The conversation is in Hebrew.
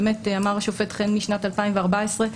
אמר השופט חן משנת 2014,